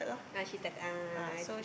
uh she started ah she